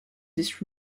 this